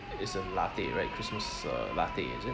is a latte right christmas uh latte is it